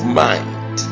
mind